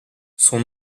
son